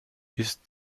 ist